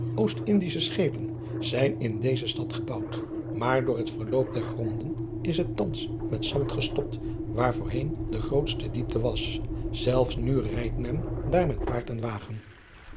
ost ndische schepen zijn in deze stad gebouwd maar door het verloop der gronden is het thans met zand gestopt waar voorheen de grootste diepte was zelfs nu rijdt men daar met